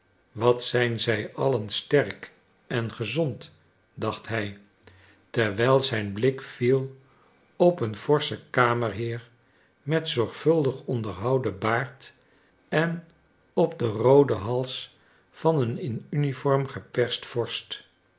wat zijn zij allen sterk en gezond dacht hij terwijl zijn blik viel op een forschen kamerheer met zorgvuldig onderhouden baard en op den rooden hals van een in uniform gepersten vorst